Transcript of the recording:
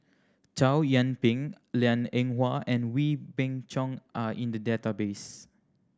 Chow Yian Ping Liang Eng Hwa and Wee Beng Chong are in the database